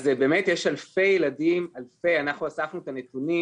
באמת יש אלפי ילדים, אנחנו אספנו את הנתונים